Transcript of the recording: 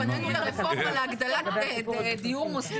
פנינו לרפורמה להגדלת דיור מוסדי